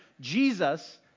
Jesus